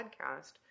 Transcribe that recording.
podcast